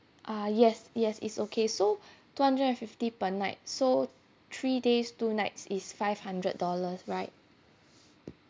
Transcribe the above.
uh yes yes it's okay so two hundred and fifty per night so three days two nights is five hundred dollars right